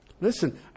Listen